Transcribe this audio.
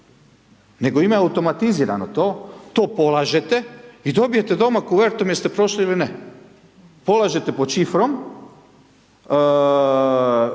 nego imaju automatizirano to, to polažete i dobijete doma kuvertu jest prošli ili ne, polažete pod šifrom,